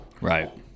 Right